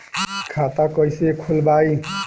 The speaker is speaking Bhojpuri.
खाता कईसे खोलबाइ?